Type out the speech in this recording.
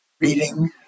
reading